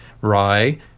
rye